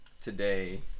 today